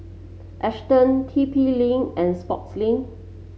Astons T P Link and Sportslink